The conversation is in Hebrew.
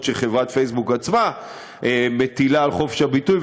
שחברת "פייסבוק" עצמה מטילה על חופש הביטוי,